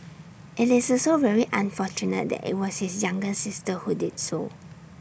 IT is also very unfortunate that IT was his younger sister who did so